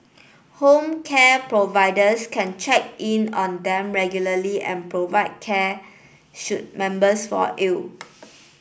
home care providers can check in on them regularly and provide care should members fall ill